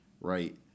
right